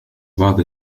بعض